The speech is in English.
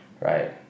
right